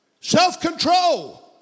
self-control